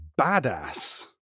badass